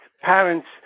parents